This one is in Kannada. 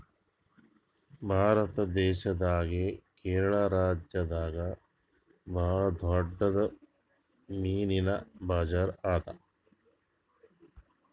ಭಾರತ್ ದೇಶದಾಗೆ ಕೇರಳ ರಾಜ್ಯದಾಗ್ ಭಾಳ್ ದೊಡ್ಡದ್ ಮೀನಿನ್ ಬಜಾರ್ ಅದಾ